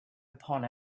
upon